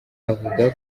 avuga